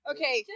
Okay